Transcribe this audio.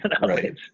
Right